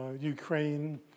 Ukraine